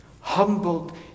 humbled